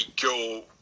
go